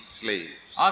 slaves